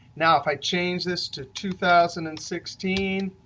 now if i change this to two thousand and sixteen,